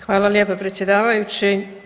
Hvala lijepa predsjedavajući.